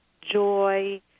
joy